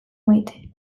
maite